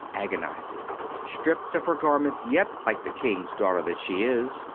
agonizing stripped of her garments, yet, like the king s daugh ter that she is,